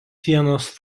sienos